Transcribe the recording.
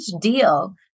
deal